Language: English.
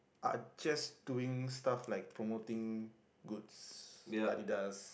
are just doing stuff like promoting goods Adidas